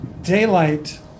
daylight